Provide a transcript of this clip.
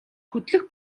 хөдлөх